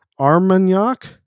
Armagnac